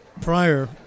Prior